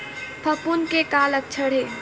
फफूंद के का लक्षण हे?